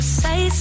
say